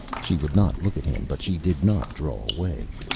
she would not look at him, but she did not draw away.